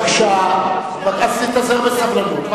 בבקשה, תתאזר בסבלנות.